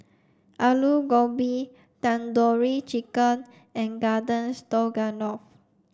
Alu Gobi Tandoori Chicken and Garden Stroganoff